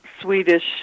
swedish